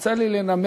יוצא לי לנמק,